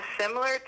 similar